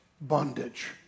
bondage